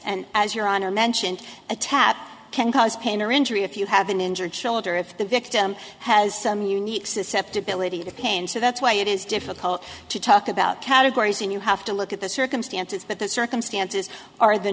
and as your honor mentioned a tat can cause pain or injury if you have an injured shoulder if the victim has some unique susceptibility to pain so that's why it is difficult to talk about categories and you have to look at the circumstances but the circumstances are the